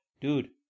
dude